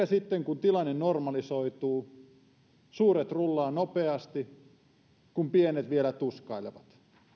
sitten kun tilanne normalisoituu suuret rullaavat nopeasti kun pienet vielä tuskailevat